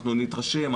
אנחנו נתרשם,